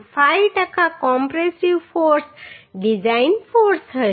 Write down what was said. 5 ટકા compressive force design force હશે